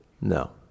No